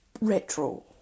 Retro